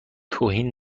توهین